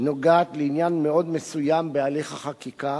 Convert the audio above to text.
נוגעת בעניין מאוד מסוים בהליך החקיקה,